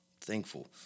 Thankful